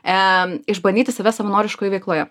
eee išbandyti save savanoriškoj veikloje